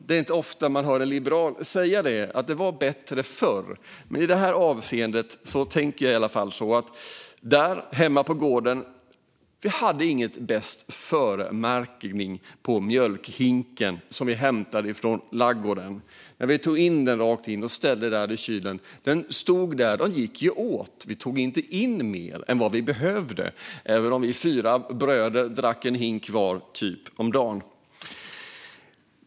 Det är inte ofta man hör en liberal säga det: att det var bättre förr. Men i det här avseendet tänker jag i alla fall på hur det var hemma på gården. Vi hade ingen bästföremärkning på mjölkhinken, som vi hämtade från ladugården. Vi ställde den i kylen. Mjölken gick åt. Vi tog inte in mer än vad vi behövde, även om vi fyra bröder drack, typ, en hink var om dagen.